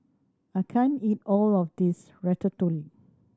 I can't eat all of this Ratatouille